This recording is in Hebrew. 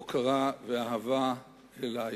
הוקרה ואהבה אלייך.